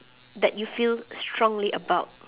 that you feel strongly about